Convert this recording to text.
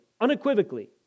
unequivocally